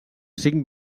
cinc